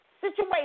situation